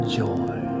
joy